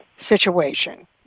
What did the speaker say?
Situation